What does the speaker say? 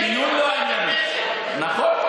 נכון.